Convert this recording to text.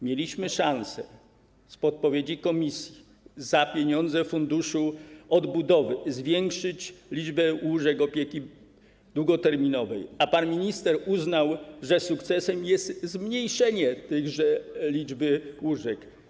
Mieliśmy szansę, z podpowiedzią komisji, za pieniądze z Funduszu Odbudowy zwiększyć liczbę łóżek opieki długoterminowej, a pan minister uznał, że sukcesem jest zmniejszenie tejże liczby łóżek.